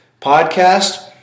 podcast